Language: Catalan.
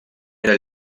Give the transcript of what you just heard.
era